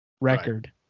record